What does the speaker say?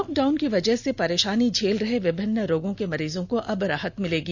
lockdown की वजह से परेशानी झेल रहे विभिन्न रोगों के मरीजों को अब राहत मिलेगी